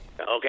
Okay